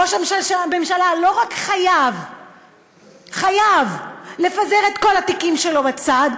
ראש הממשלה לא רק חייב לפזר את כל התיקים שלו בצד.